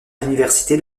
l’université